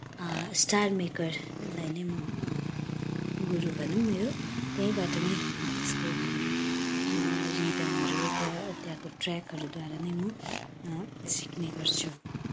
स्टारमेकरलाई नै म गुरु भनौँ मेरो त्यहीँबाट नै त्यसको रिदमहरू त्यहाँ त्यहाँको ट्र्याकहरूद्वारा नै म सिक्ने गर्छु